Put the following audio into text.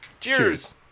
Cheers